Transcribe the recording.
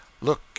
Look